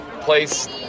place